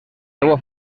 teua